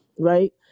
Right